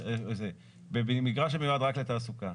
במגרש שמיועד רק לתעסוקה